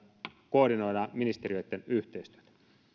koordinoidaan ministeriöitten yhteistyötä